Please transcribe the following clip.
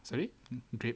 sorry grape